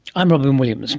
i'm robyn williams